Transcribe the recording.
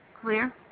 clear